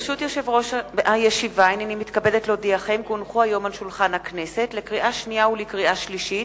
שרוצה להודות על החוק שעבר זה עתה בקריאה שלישית,